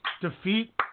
defeat